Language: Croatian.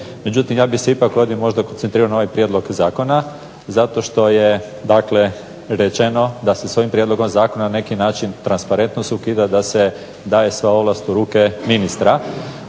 Međutim, ja bih se ipak ovdje možda koncentrirao na ovaj prijedlog zakona zato što je dakle rečeno da se s ovim prijedlogom zakona na neki način transparentnost ukida, da se daje sva ovlast u ruke ministra.